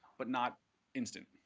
but not instant.